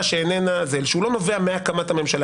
שאיננה --- שהוא אינו נובע מהקמת הממשלה.